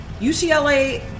UCLA